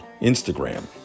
instagram